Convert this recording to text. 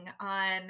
on